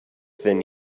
than